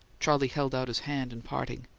charley held out his hand in parting.